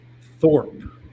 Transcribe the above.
thorpe